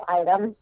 item